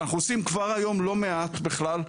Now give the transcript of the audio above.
ואנחנו עושים כבר היום לא מעט בכלל.